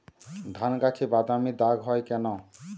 ধানগাছে বাদামী দাগ হয় কেন?